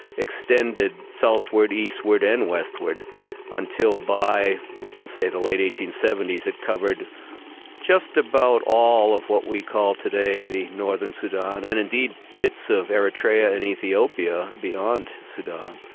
extended southward, eastward and westward until by we can say, the late eighteen seventy s, it covered just about all of what we call today the northern sudan, and indeed, a bit so of eritrea and ethiopia beyond sudan.